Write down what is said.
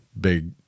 big